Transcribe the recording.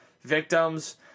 victims